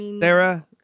Sarah